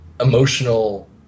emotional